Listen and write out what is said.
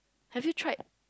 have you tried